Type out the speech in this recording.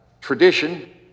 tradition